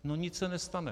No nic se nestane.